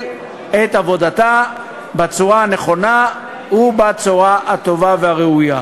את עבודתה בצורה הנכונה ובצורה הטובה והראויה.